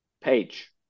page